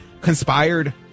conspired